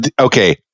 Okay